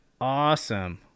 awesome